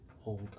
hold